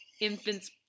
infant's